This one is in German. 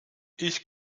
ich